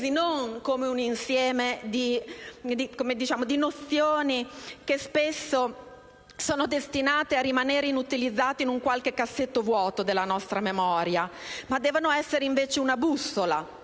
non come un insieme di nozioni che spesso sono destinate a rimanere inutilizzate in qualche cassetto vuoto della nostra memoria, ma che devono invece essere una bussola,